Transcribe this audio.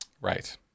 Right